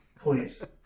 Please